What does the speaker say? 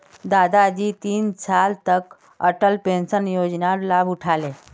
दादाजी तीन साल तक अटल पेंशन योजनार लाभ उठा ले